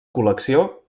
col·lecció